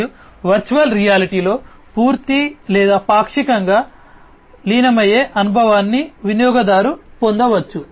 మరియు వర్చువల్ రియాలిటీలో పూర్తి లేదా పాక్షికంగా పాక్షిక లేదా పూర్తి లీనమయ్యే అనుభవాన్ని వినియోగదారు పొందవచ్చు